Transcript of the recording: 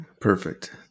Perfect